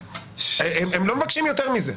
הם לא מבקשים יותר מזה.